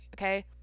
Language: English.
Okay